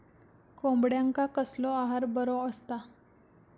कोंबड्यांका कसलो आहार बरो असता?